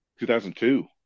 2002